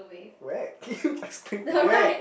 where can you explain where